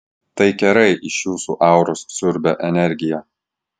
tai kerai iš jūsų auros siurbia energiją